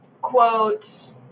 quote